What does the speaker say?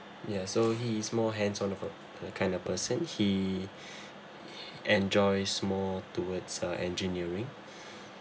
yeah so he is more hands on of a that kind of person he enjoys more towards uh engineering